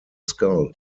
skull